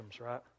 right